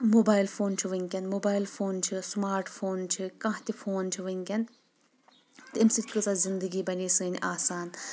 mobile phone چھُ وُنکیٚن mobile phone چھُ سمارٹ فون چھِ کانٛہہ تہِ فون چھِ وُنکیٚن تہٕ امہِ سۭتۍ کۭژہ زندگی بنے سٲنۍ آسان